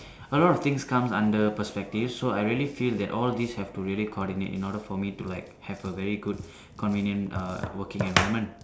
a lot of things comes under perspective so I really feel that all these have to really coordinate in order for me to like have a very good convenient err working environment